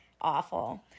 awful